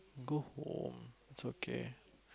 go home it's okay